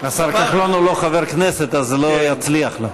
השר כחלון הוא לא חבר כנסת, אז זה לא יצליח לו.